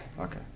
Okay